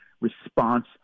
response